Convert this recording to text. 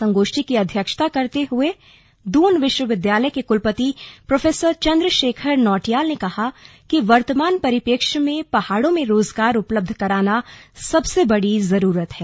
संगोष्ठी की अध्यक्षता करते हुए दून विश्वविद्यालय के कुलपति प्रोफेसर चंद्रशेखर नौटियाल ने कहा कि वर्तमान परिपेक्ष्य में पहाड़ों में रोजगार उपलब्ध कराना सबसे बड़ी जरूरत है